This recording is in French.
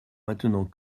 maintenant